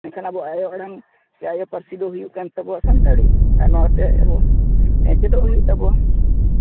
ᱢᱮᱱᱠᱷᱟᱱ ᱟᱵᱳ ᱟᱭᱳ ᱟᱲᱟᱝ ᱥᱮ ᱟᱭᱳ ᱯᱟᱹᱨᱥᱤ ᱫᱚ ᱦᱩᱭᱩᱜ ᱠᱟᱱ ᱛᱟᱵᱚᱣᱟ ᱥᱟᱱᱛᱟᱲᱤ ᱱᱚᱣᱟ ᱛᱮ ᱦᱚᱸ ᱪᱮᱫᱚᱜ ᱦᱩᱭᱩᱜ ᱛᱟᱵᱚᱱᱟ